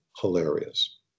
hilarious